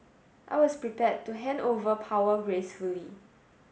I was prepared to hand over power gracefully